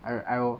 I I